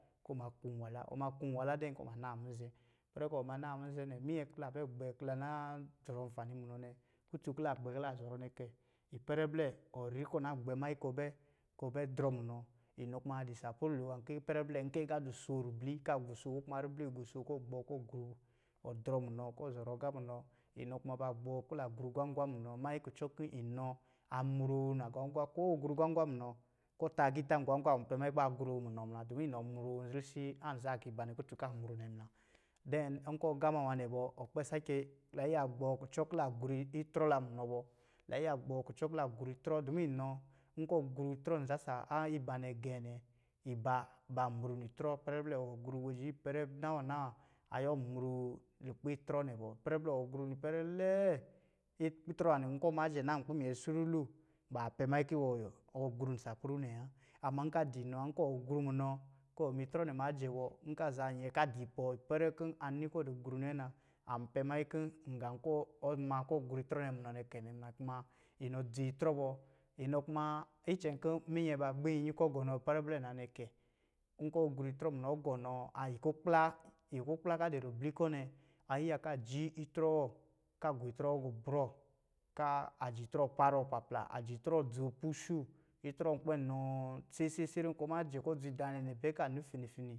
Kɔ̄ ɔma kū nnwala, ɔma kɔ̄ nnwala kɔ̄ ɔma naa mizɛ̄ ipɛrɛ kɔ̄ ɔma naa mizɛ̄ nɛ minyɛ kɔ̄ la bɛ gbɛ kɔ̄ la na zɔrɔ nfani munɔ nɛ. Kutun kɔ̄ la gbɛ kɔ̄ la zɔrɔ nɛ kɛ, ipɛrɛ blɛ kɔ̄ ɔ na gbɛ mannyi kɔ̄ ɔ bɛ-kɔ̄ ɔbɛ drɔ munɔ, inɔ kuma adɔ̄ saplu lo nwan kɔ̄ ipɛrɛ blɛ nkɔ̄ agalo a sōō ribli kɔ̄ a gusoo ko kuma ribli agusoo kɔ̄ ɔ gbɔɔ kɔ̄ ɔ groo, ɔdrɔ munɔ, kɔ̄ ɔzɔrɔ agā munɔ, inɔ kuma ba gbɔɔ kɔ̄ la gru agwangwa munɔ mannyi kucɔ kɔ̄ inɔ amroo na gwangwa ko ɔ gru gwangwa munɔ kɔ̄ ɔ tā agiitā ngwangwa ɔnpɛ mannyi kɔ̄ ba groo munɔ muna domi inɔ amroo lisi anza agiibanɛ kutū amru nɛ muna nkɔ̄ gama nwa nɛ bɔ ɔn kpɛ sake la yiya gbɔɔ kucɔ kɔ̄ la gru itrɔ la munɔ bɔ-la yiya gbɔɔ kucɔ kɔ̄ la gru, dumu inɔ nkɔ̄ ɔn gru itrɔ nsa a ibanɛ gɛ̄ nɛ, iba ba mru nitrɔ ipɛrɛ blɛ ɔ gru wajɛ ipɛrɛ nawa-nawa ayɔ mru lukpɛ itrɔ nɛ bɔ. Ipɛrɛ blɛ ɔ gru waje ipɛrɛ nawa-nawa ayɔ mru lukpɛ itrɔ nɛ bɔ. Ipɛrɛ blɛ ɔgru nipɛrɛ lɛɛ, itrɔ nwā nɛ nkɔ̄ ma jɛ naa nkpi a minyɛ sululu baa pɛ mannyi kɔ̄ iwɔ ɔ gru nsaplu nɛ wa. Ama nkɔ̄ a dɔ̄ inɔ ɔ gru munɔ, kɔ̄ ɔ ma itrɔ munɔ kɔ̄ ɔma itrɔ nɛ ma jɛ bɔ, nkɔ̄ azaa nyɛn kɔ̄ adi ipɔ ipɛrɛ a ni kɔ̄ ɔdɔ̄ gru nɛ na, an pɛ mannyi ngā kɔ̄ ɔ ma kɔ̄ ɔ gru nɛ munɛ kɛ muna. Kuma inɔ adzi itrɔ bɔ, inɔ kuma, icɛn kɔ̄ minyɛ ba gbii nnyin kɔ̄ gɔnɔ ipɛrɛ blɛ na nɛ kɛ nkɔ̄ ɔgru itrɔ munɔ gɔnɔɔ ai ikukpla iku kpla kɔ̄ a dɔ̄ ribli kɔ̄ nɛ, ayiya kɔ̄ aji itrɔ wɔ, kɔ̄ agɔ itrɔ gubrɔ, kɔ̄ ajɛ itrɔ wɔ para papla, kɔ̄ ajɛ itrɔ wɔ dzoo pusuu, itrɔ an kpɛ nɔ sesesere kɔ̄ ɔma jɛ ɔ dzi daanɛ bɛ kɔ̄ ani fini-fini.